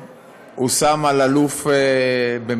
הושם אפילו על אלוף במילואים.